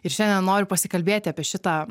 ir šiandien noriu pasikalbėti apie šitą